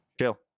Chill